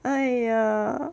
!aiya!